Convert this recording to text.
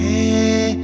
Hey